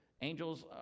angels